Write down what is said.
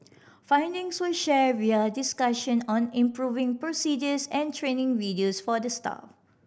findings were shared via discussion on improving procedures and training videos for the staff